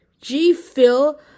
G-Phil